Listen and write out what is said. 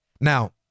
Now